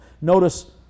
Notice